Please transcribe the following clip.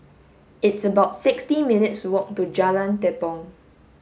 it's about sixty minutes' walk to Jalan Tepong